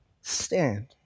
stand